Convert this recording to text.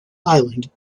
island